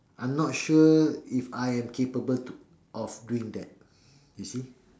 I'm not sure if I am capable to of doing that you see